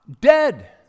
dead